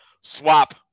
swap